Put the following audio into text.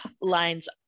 Lines